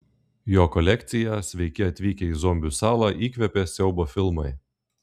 jo kolekciją sveiki atvykę į zombių salą įkvėpė siaubo filmai